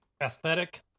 aesthetic